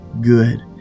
good